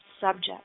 subject